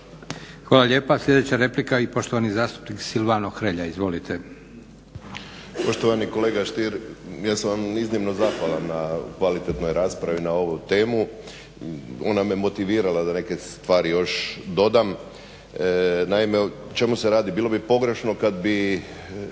Hvala lijepa. Sljedeća replika i poštovani zastupnik Silvano Hrelja. Izvolite. **Hrelja, Silvano (HSU)** Poštovani kolega Stier ja sam vam iznimno zahvalan na kvalitetnoj raspravi na ovu temu. Ona me motivirala da neke stvari još dodam. Naime, o čemu se radi? Bilo bi pogrešno kad bi